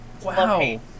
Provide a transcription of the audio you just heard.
Wow